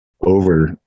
over